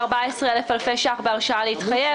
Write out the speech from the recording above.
14,000 ש"ח בהרשאה להתחייב,